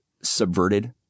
subverted